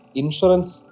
insurance